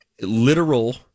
literal